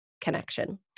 connection